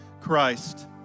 Christ